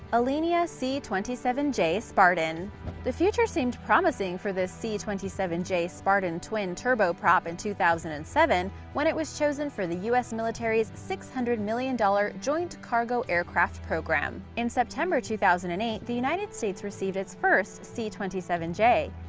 alenia c twenty seven j spartan the future seemed promising for the c twenty seven j spartan twin turboprop in and two thousand and seven, when it was chosen for the u s. military's six hundred million dollars joint cargo aircraft program. in september two thousand and eight, the united states received its first c twenty seven j.